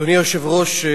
אדוני היושב-ראש,